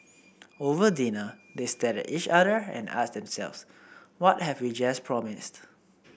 over dinner they stared at each other and asked themselves what have we just promised